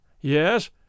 Yes